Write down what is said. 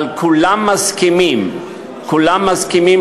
אבל כולם מסכימים כולם מסכימים,